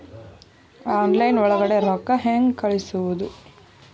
Online ಒಳಗಡೆ ರೊಕ್ಕ ಹೆಂಗ್ ಕಳುಹಿಸುವುದು?